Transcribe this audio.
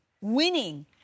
winning